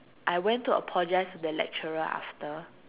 I went to apologize to the lecturer after